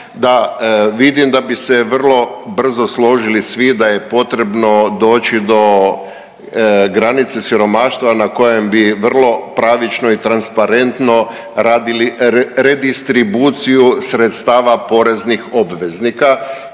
vidim da bi se vrlo brzo složili svi da je potrebno doći do granice siromaštva na kojem bi vrlo pravično i transparentno radili redistribuciju sredstava poreznih obveznika